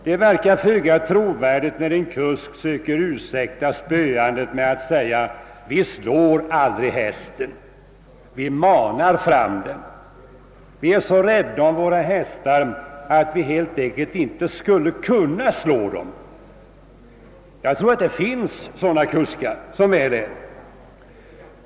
Det verkar föga trovärdigt när en kusk försöker ursäkta spöandet med att säga: Vi slår aldrig hästen, vi manar fram den; vi är så rädda om våra hästar att vi helt enkelt inte skulle kunna slå dem. Jag tror att det finns kuskar som tänker och tycker så.